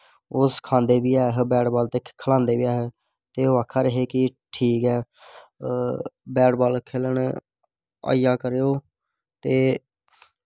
ओह् सखांदे बी ऐ हे बैट बॉल ते खलांदे बी ऐहे ते ओह् आक्खा दे हे की ठीक ऐ बैट बॉल खेलन आई जा करो ते